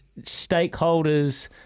stakeholders